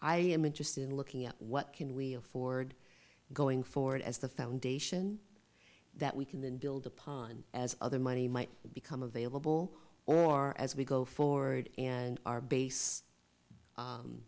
i am interested in looking at what can we afford going forward as the foundation that we can then build upon as other money might become available or as we go forward and our base